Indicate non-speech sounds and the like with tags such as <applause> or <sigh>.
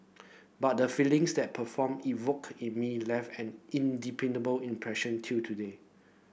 but the feelings that perform evoked in me left an <unintelligible> impression till today